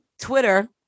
twitter